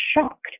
shocked